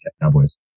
Cowboys